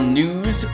news